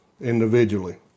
individually